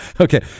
Okay